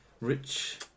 Rich